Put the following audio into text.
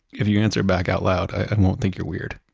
if you answer back out loud, i won't think you're weird